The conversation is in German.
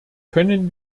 können